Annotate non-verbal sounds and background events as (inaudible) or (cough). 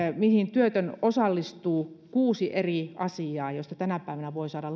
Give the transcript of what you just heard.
mihin työtön osallistuu kuusi eri asiaa tänä päivänä voi saada (unintelligible)